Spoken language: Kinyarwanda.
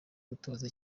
gutoza